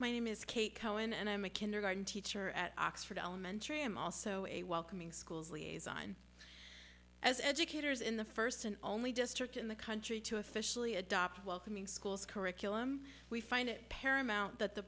my name is kate cohen and i'm a kindergarten teacher at oxford elementary i am also a welcoming schools liaison as educators in the first and only district in the country to officially adopt welcoming schools curriculum we find it paramount that the